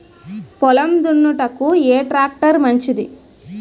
పొలం దున్నుటకు ఏ ట్రాక్టర్ మంచిది?